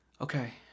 Okay